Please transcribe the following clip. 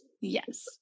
Yes